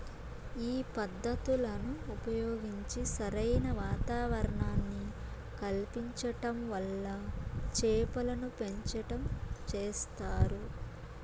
ఈ పద్ధతులను ఉపయోగించి సరైన వాతావరణాన్ని కల్పించటం వల్ల చేపలను పెంచటం చేస్తారు